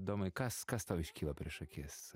domai kas kas tau iškyla prieš akis